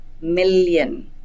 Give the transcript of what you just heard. million